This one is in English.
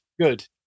good